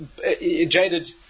jaded